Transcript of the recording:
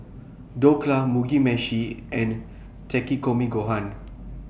Dhokla Mugi Meshi and Takikomi Gohan